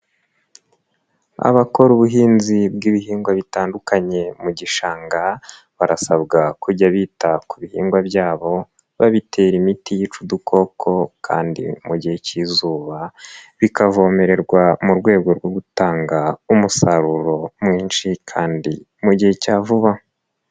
Abakora ubuhinzi bw'ibihingwa bitandukanye mu gishanga barasabwa kujya bita ku bihingwa byabo babitera imiti yica udukoko kandi mu gihe cy'izuba bikavomererwa mu rwego rwo gutanga umusaruro mwinshi kandi mu gihe cya vuba.